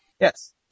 Yes